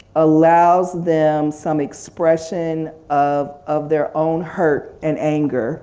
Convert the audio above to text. allows them some expression of of their own hurt and anger